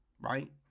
right